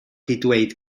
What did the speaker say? dweud